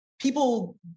people